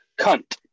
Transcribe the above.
Cunt